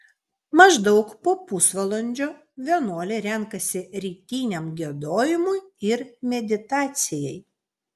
maždaug po pusvalandžio vienuoliai renkasi rytiniam giedojimui ir meditacijai